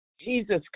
Jesus